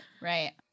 Right